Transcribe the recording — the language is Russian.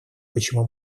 почему